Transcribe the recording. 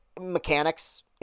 mechanics